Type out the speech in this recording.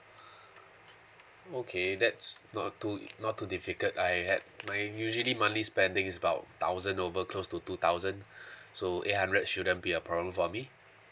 okay that's not too not too difficult I had my usually monthly spending is about thousand over close to two thousand so eight hundred shouldn't be a problem for me